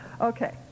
okay